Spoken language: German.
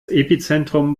epizentrum